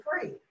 free